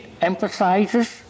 emphasizes